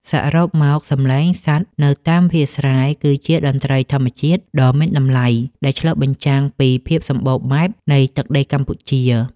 សរុបមក សំឡេងសត្វនៅតាមវាលស្រែគឺជាតន្ត្រីធម្មជាតិដ៏មានតម្លៃ ដែលឆ្លុះបញ្ចាំងពីភាពសម្បូរបែបនៃទឹកដីកម្ពុជា។